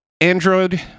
Android